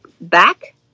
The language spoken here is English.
back